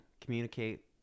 Communicate